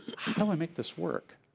how do i make this work?